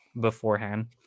beforehand